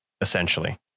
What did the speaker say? essentially